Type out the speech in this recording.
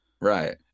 Right